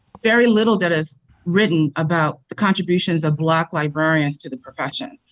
very little that is written about the contributions of black librarians to the profession.